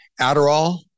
Adderall